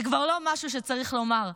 זה כבר לא משהו שצריך לומר,